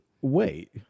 Wait